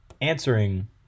answering